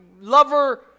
lover